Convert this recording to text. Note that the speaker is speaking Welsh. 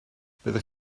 byddech